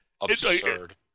absurd